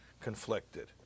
conflicted